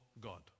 God